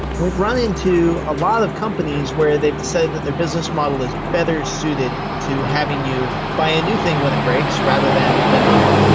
we've run into a lot of companies where they've said that their business model is better suited to having you buy a new thing when it breaks rather than than repair it.